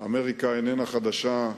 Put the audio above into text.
אמריקה איננה חדשה.